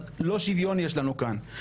אז לא שוויון יש לנו כאן,